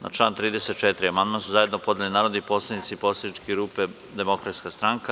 Na član 34. amandman su zajedno podneli narodni poslanici Poslaničke grupe Demokratske stranke.